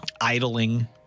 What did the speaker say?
idling